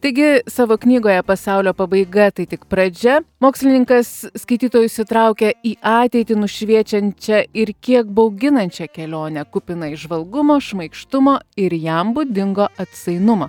taigi savo knygoje pasaulio pabaiga tai tik pradžia mokslininkas skaitytojus įtraukia į ateitį nušviečiančią ir kiek bauginančią kelionę kupiną įžvalgumo šmaikštumo ir jam būdingo atsainumo